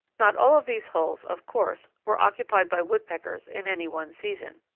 not all of these holes, of course, were occupied by woodpeckers in any one season.